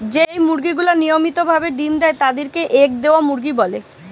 যেই মুরগি গুলা নিয়মিত ভাবে ডিম্ দেয় তাদির কে এগ দেওয়া মুরগি বলে